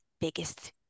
biggest